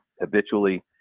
habitually